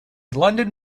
london